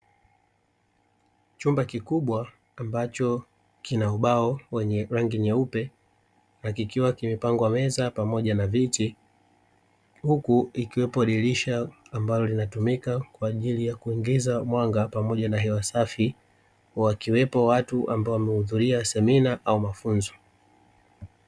Chumba kikubwa ambacho kina ubao wenye rangi nyeupe na kikiwa kimepangwa meza pamoja viti, huku likiwepo dirisha ambalo linatumika kwa ajii ya kuingiza mwanga pamoja na hewa safi, wakiwepo watu ambao wamehudhuria semina au mafunzo.